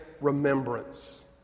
remembrance